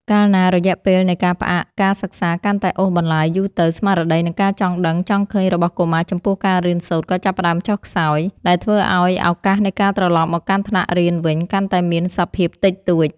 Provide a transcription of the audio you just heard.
កាលណារយៈពេលនៃការផ្អាកការសិក្សាកាន់តែអូសបន្លាយយូរទៅ ស្មារតី និងការចង់ដឹងចង់ឃើញរបស់កុមារចំពោះការរៀនសូត្រក៏ចាប់ផ្តើមចុះខ្សោយ ដែលធ្វើឱ្យឱកាសនៃការត្រឡប់មកកាន់ថ្នាក់រៀនវិញកាន់តែមានសភាពតិចតួច។